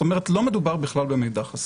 זאת אומרת שלא מדובר בכלל במידע חסוי.